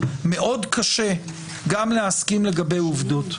מאוד קשה גם להסכים לגבי עובדות,